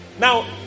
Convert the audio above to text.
now